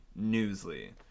Newsly